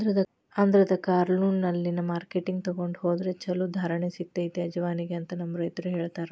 ಆಂಧ್ರದ ಕರ್ನೂಲ್ನಲ್ಲಿನ ಮಾರ್ಕೆಟ್ಗೆ ತೊಗೊಂಡ ಹೊದ್ರ ಚಲೋ ಧಾರಣೆ ಸಿಗತೈತಿ ಅಜವಾನಿಗೆ ಅಂತ ನಮ್ಮ ರೈತರು ಹೇಳತಾರ